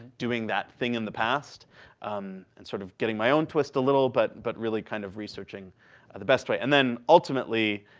doing that thing in the past and sort of getting my own twist a little, but but really kind of researching the best way. and then ultimately,